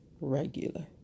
regular